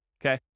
okay